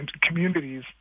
communities